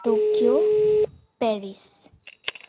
Tokyo Paris